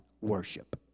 worship